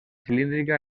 cilíndrica